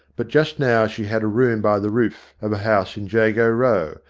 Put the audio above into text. but just now she had a room by the roof of a house in jago row,